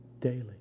daily